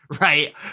Right